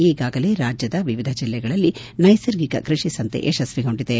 ಈಗಾಗಲೇ ರಾಜ್ಯದ ವಿವಿಧ ಜಿಲ್ಲೆಗಳಲ್ಲಿ ನೈಸರ್ಗಿಕ ಕೃಷಿ ಸಂತೆ ಯಶಸ್ವಿಗೊಂಡಿದೆ